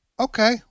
Okay